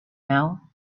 now